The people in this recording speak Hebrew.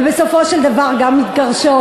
ובסופו של דבר גם מתגרשות,